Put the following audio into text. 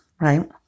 right